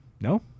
No